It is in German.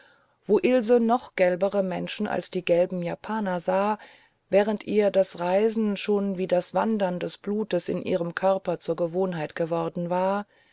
wo ilse noch gelbere menschen als die gelben japaner sah während ihr das reisen schon wie das wandern des blutes in ihrem körper zur gewohnheit geworden war